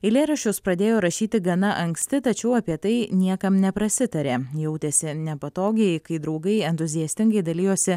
eilėraščius pradėjo rašyti gana anksti tačiau apie tai niekam neprasitarė jautėsi nepatogiai kai draugai entuziastingai dalijosi